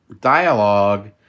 dialogue